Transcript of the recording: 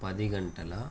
పది గంటల